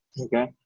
Okay